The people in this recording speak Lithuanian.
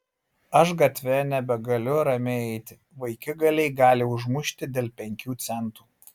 aš gatve nebegaliu ramiai eiti vaikigaliai gali užmušti dėl penkių centų